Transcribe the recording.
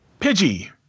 Pidgey